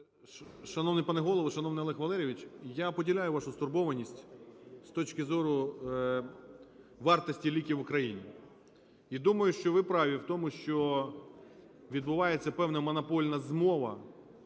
Шановний пане Голово! Шановний Олег Валерійович! Я поділяю вашу стурбованість з точки зору вартості ліків в Україні, і думаю, що ви праві в тому, що відбувається певна монопольна змова